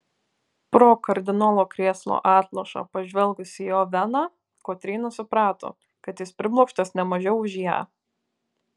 pro kardinolo krėslo atlošą pažvelgusi į oveną kotryna suprato kad jis priblokštas ne mažiau už ją